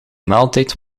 maaltijd